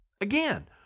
Again